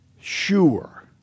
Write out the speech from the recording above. sure